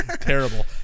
Terrible